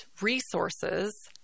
resources